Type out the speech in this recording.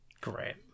great